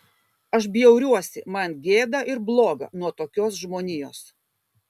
aš bjauriuosi man gėda ir bloga nuo tokios žmonijos